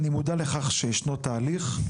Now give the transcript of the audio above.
אני מודה לכך שישנו תהליך.